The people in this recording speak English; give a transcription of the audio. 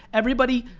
everybody,